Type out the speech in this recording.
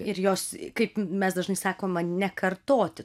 ir jos kaip mes dažnai sakoma nekartoti